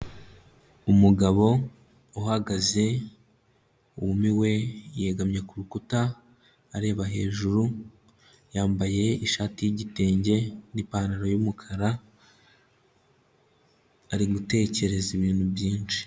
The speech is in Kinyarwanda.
Umugabo uhagaze wumiwe, yegamye ku rukuta areba hejuru, yambaye ishati y'igitenge n'ipantaro y'umukara, ari gutekereza ibintu byinshi.